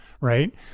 right